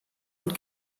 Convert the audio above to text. und